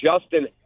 Justin